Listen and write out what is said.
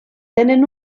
tenen